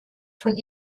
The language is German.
von